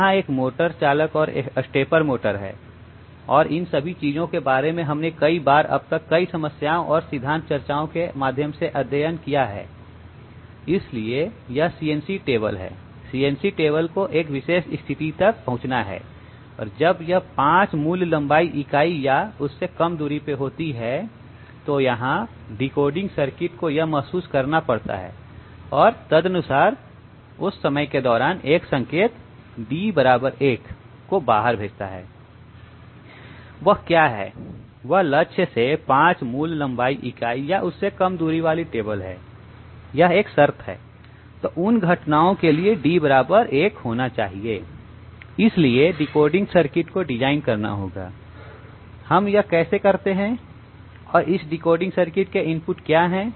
यहां एक मोटर चालक और एक स्टेपर मोटर है और इन सभी चीजों के बारे में हमने कई बार अब तक कई समस्याओं और सिद्धांत चर्चाओं के माध्यम से अध्ययन किया है इसलिए यह सीएनसी टेबल है सीएनसी टेबल को एक विशेष स्थिति तक पहुंचता है और जब यह 5 मूल लंबाई इकाई या उससे कम दूरी पर होती है तो यहां डिकोडिंग सर्किट को यह महसूस करना पड़ता है और तदनुसार उस समय के दौरान एक संकेत d 1 को बाहर भेजता है वह क्या है वह लक्ष्य से 5 मूल लंबाई इकाई या उससे कम दूर वाली टेबल हैं यह शर्त है तो उन घटनाओं के लिए d1 होना चाहिए इसलिए डिकोडिंग सर्किट को डिजाइन करना होगा हम यह कैसे करते हैं और इस डिकोडिंग सर्किट के इनपुट क्या है